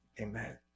amen